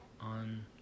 on